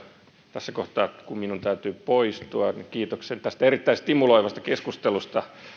tässä kohtaa kun minun täytyy poistua että kiitokset tästä erittäin stimuloivasta keskustelusta